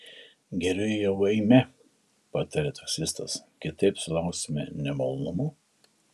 geriau jau eime patarė taksistas kitaip sulauksime nemalonumų